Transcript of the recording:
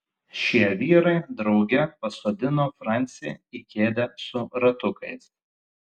šie vyrai drauge pasodino francį į kėdę su ratukais